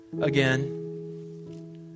again